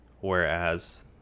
Whereas